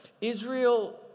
Israel